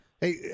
Hey